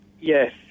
Yes